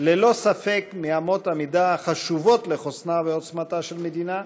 ללא ספק מאמות המידה החשובות לחוסנה ועוצמתה של מדינה,